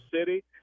city